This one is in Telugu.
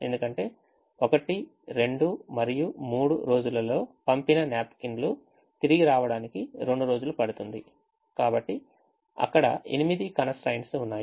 ఎందుకంటే 1 2 మరియు 3 రోజులలో పంపిన napkins తిరిగి రావడానికి 2 రోజులు పడుతుంది